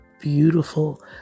beautiful